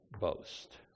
boast